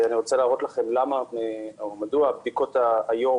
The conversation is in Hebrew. אני רוצה להראות לכם מדוע הבדיקות היום